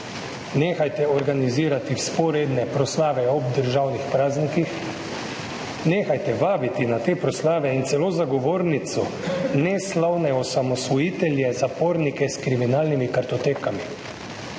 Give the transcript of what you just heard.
Nehajte organizirati vzporedne proslave ob državnih praznikih, nehajte vabiti na te proslave in celo za govornico neslavne osamosvojitelje, zapornike s kriminalnimi kartotekami.